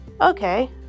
Okay